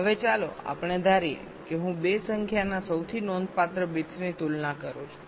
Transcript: હવે ચાલો આપણે ધારીએ કે હું 2 સંખ્યાના સૌથી નોંધપાત્ર બિટ્સની તુલના કરું છું